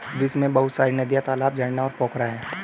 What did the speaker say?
विश्व में बहुत सारी नदियां, तालाब, झरना और पोखरा है